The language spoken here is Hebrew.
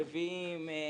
רביעים,